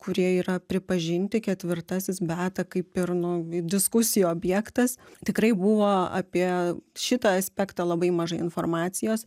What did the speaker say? kurie yra pripažinti ketvirtasis beata kaip ir nu diskusijų objektas tikrai buvo apie šitą aspektą labai mažai informacijos